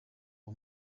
uwo